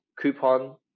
coupon